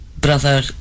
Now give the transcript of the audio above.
Brother